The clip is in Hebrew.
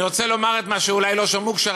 אני רוצה לומר את מה שאולי לא שמעו כאשר